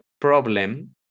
problem